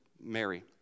Mary